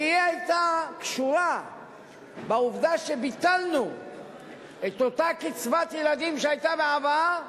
הרי היא היתה קשורה לעובדה שביטלנו את אותה קצבת ילדים שהיתה בעבר,